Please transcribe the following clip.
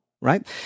right